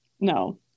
No